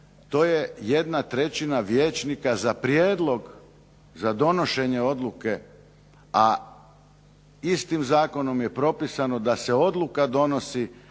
to je 1/3 vijećnika za prijedlog za donošenje odluke, a istim zakonom je propisano da se odluka donosi